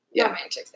romantic